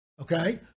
okay